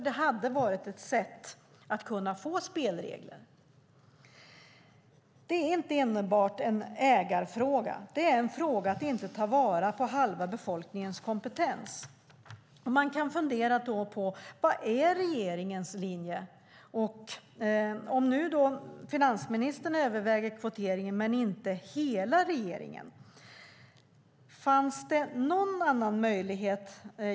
Det hade varit ett sätt att få spelregler. Det är inte enbart en ägarfråga. Det handlar om att inte ta vara på halva befolkningens kompetens. Man kan fundera på vad som är regeringens linje om finansministern överväger kvotering men inte hela regeringen. Finns det någon annan möjlighet?